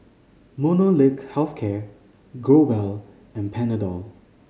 Molnylcke Health Care Growell and Panadol